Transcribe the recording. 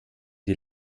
die